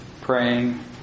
praying